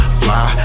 fly